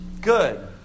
Good